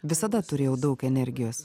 visada turėjau daug energijos